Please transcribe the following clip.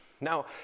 Now